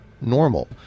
normal